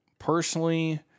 Personally